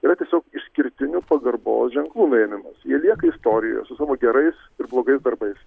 yra tiesiog išskirtinių pagarbos ženklų nuėmimas jie lieka istorijoj su savo gerais ir blogais darbais